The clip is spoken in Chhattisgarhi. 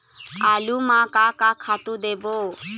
आलू म का का खातू देबो?